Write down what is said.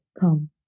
Come